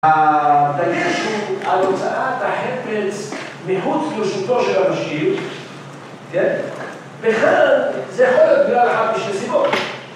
‫הדגש הוא על הוצאת החפץ ‫מחוץ לרשותו של המשיב, ‫כן? וכאן, זה יכול להיות בגלל אחת משתי סיבות.